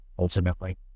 ultimately